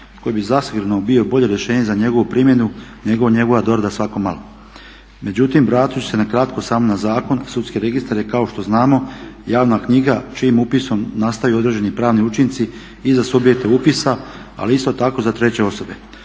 koji bi zasigurno bio bolje rješenje za njegovu primjenu nego njegova dorada svako malo. Međutim vratit ću se na kratko samo na zakon, sudski registar je kao što znamo javna knjiga čijim upisom nastaju određeni pravni učinci i za subjekte upisa, ali isto tako i za treće osobe.